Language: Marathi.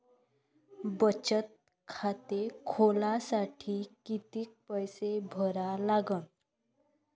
बचत खाते खोलासाठी किती पैसे भरा लागन?